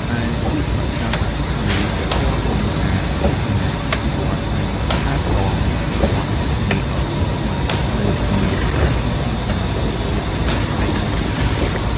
ឯវិស្វកម្មអគ្គិសនី ពាក់ព័ន្ធនឹងការ រចនា អភិវឌ្ឍន៍ និងថែទាំប្រព័ន្ធអគ្គិសនី ដ៏ស្មុគស្មាញ និងមានសារៈសំខាន់សម្រាប់ជីវភាពប្រចាំថ្ងៃ និងឧស្សាហកម្ម។